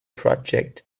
project